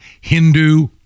Hindu